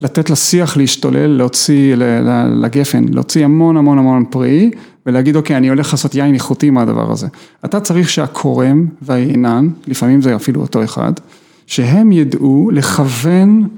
לתת לשיח להשתולל להוציא לגפן להוציא המון המון המון פרי ולהגיד אוקיי אני הולך לעשות יין איכותי מהדבר הזה אתה צריך שהכורם והיינן לפעמים זה אפילו אותו אחד שהם ידעו לכוון